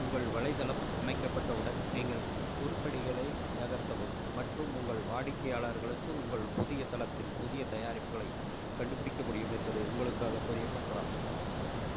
உங்கள் வலைத்தளம் அமைக்கப்பட்டவுடன் நீங்கள் உருப்படிகளை நகர்த்தவும் மற்றும் உங்கள் வாடிக்கையாளர்களுக்கு உங்கள் புதிய தளத்தில் புதிய தயாரிப்புகளைக் கண்டுபிடிக்க முடியும் என்பதை உங்களுக்காக தெரியப்படுத்தலாம்